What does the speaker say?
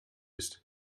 ist